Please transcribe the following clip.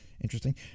interesting